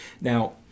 Now